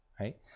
right